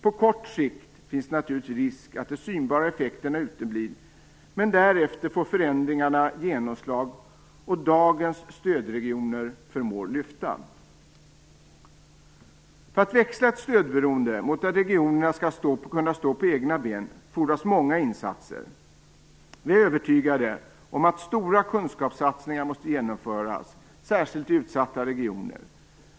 På kort sikt finns det naturligtvis risk för att de synbara effekterna uteblir, men därefter får förändringarna genomslag och dagens stödregioner förmår lyfta. För att växla ett stödberoende mot att regionerna skall kunna stå på egna ben fordras många insatser. Vi är övertygade om att stora kunskapssatsningar måste genomföras, särskilt i utsatta regioner.